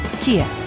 Kia